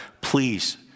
please